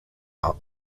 are